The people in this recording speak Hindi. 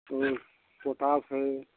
वो पोटास है